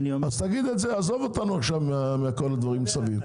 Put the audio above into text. עזוב אותנו מכל הדברים מסביב.